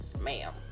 ma'am